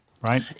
right